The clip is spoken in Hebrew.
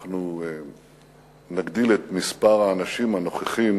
אנחנו נגדיל את מספר האנשים הנוכחים